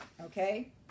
Okay